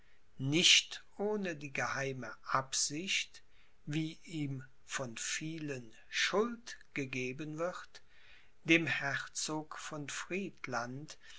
nicht ohne die geheime absicht wie ihm von vielen schuld gegeben wird dem herzog von friedland